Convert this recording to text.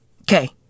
Okay